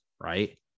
Right